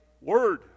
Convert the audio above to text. word